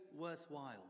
worthwhile